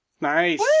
Nice